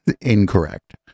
incorrect